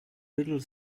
little